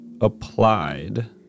applied